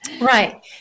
Right